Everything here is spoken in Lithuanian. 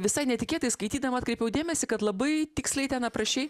visai netikėtai skaitydama atkreipiau dėmesį kad labai tiksliai ten aprašei